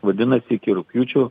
vadinasi iki rugpjūčio